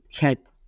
help